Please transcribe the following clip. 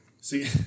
See